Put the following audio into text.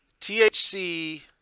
THC